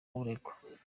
uregwa